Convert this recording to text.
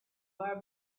lab